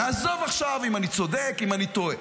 נעזוב עכשיו אם אני צודק או אם אני טועה.